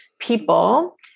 people